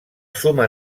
suma